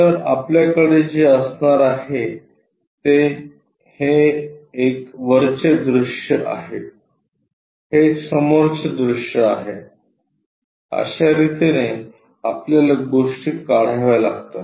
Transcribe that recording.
तर आपल्याकडे जे असणार आहे ते एक वरचे दृश्य हे समोरचे दृश्य आहे अश्या रितीने आपल्याला गोष्टी काढाव्या लागतात